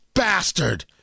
bastard